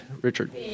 Richard